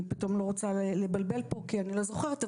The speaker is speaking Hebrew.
אני פתאום לא רוצה לבלבל פה כי אני לא זוכרת,